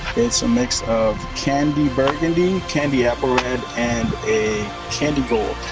it's a mix of candy burgundy, candy apple red, and a candy gold.